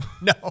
No